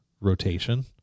rotation